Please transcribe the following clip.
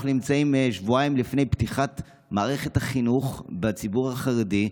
אנחנו נמצאים שבועיים לפני פתיחת מערכת החינוך בציבור החרדי,